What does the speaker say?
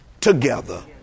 together